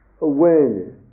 awareness